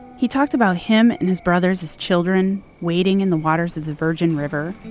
he talked about him and his brothers as children wading in the waters of the virgin river,